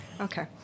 okay